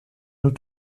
nous